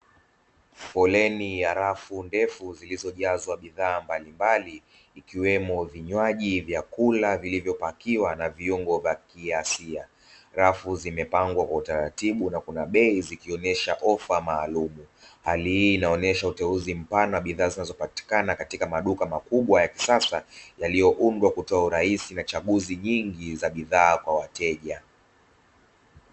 Foleni ya rafu ndefu zilizojazwa bidhaa mbalimbali ikiwemo vinywaji, vyakula vilivyopakiwa na viungo vya kiasia rafu zimepangwa kwa utaratibu na kuna bei zikionesha ofa maalumu, hali hii inaonyesha uteuzi mpana wa bidhaa zinazopatikana katika maduka makubwa ya kisasa yaliyoundwa kutoa urahisi na chaguzi nyingi za bidhaa kwa wateja.